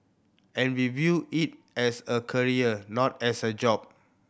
and we view it as a career not as a job